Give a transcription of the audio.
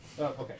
Okay